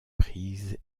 prise